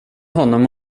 honom